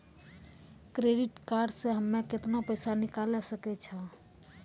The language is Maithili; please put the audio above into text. क्रेडिट कार्ड से हम्मे केतना पैसा निकाले सकै छौ?